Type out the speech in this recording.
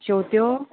शेंवत्यो